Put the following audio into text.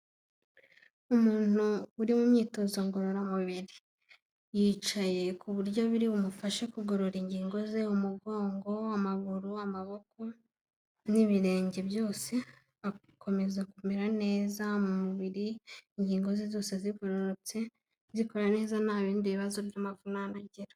Umuntu uri mu myitozo ngororamubiri. Yicaye ku buryo biri bumufashe kugorora ingingo ze, umugongo, amaguru, amaboko n'ibirenge byose, agakomeza kumera neza mu mubiri, ingingo ze zose zigororotse, zikora neza ntabindi bibazo by'amavunane agira.